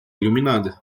iluminada